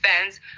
fans